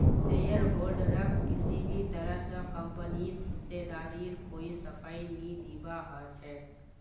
शेयरहोल्डरक किसी भी तरह स कम्पनीत हिस्सेदारीर कोई सफाई नी दीबा ह छेक